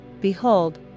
Behold